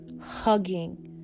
hugging